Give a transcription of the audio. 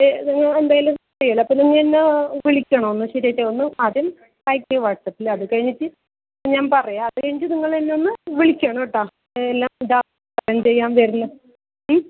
അത് നിങ്ങൾ എന്തായാലും ചെയ്യണം അപ്പോൾ നിങ്ങൾ എന്നെ വിളിക്കണം എന്നാൽ ശരിയായിട്ട് ഒന്ന് ആദ്യം അയക്ക് വാട്സപ്പിൽ അത് കഴിഞ്ഞിട്ട് ഞാൻ പറയാം അത് കഴിഞ്ഞിട്ട് നിങ്ങൾ എന്നെയൊന്ന് വിളിക്കണം കേട്ടോ എല്ല ഇതാ